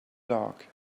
dark